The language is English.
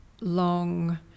long